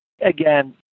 again